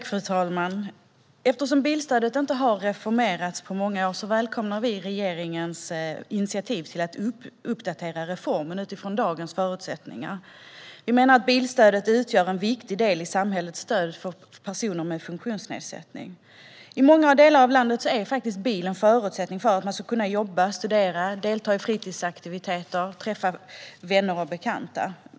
Fru talman! Eftersom bilstödet inte har reformerats på många år välkomnar vi regeringens initiativ till att uppdatera reformen utifrån dagens förutsättningar. Vi menar att bilstödet utgör en viktig del i samhällets stöd till personer med funktionsnedsättning. I många delar av landet är bilen faktiskt en förutsättning för att man ska kunna jobba, studera, delta i fritidsaktiviteter och träffa vänner och bekanta.